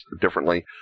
differently